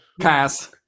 Pass